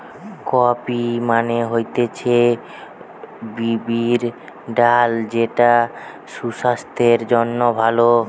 cowpea মানে হচ্ছে বিরির ডাল যেটা সুসাস্থের জন্যে ভালো